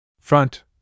Front